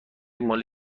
مال